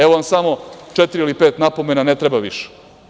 Evo, samo četiri ili pet napomena, ne treba više.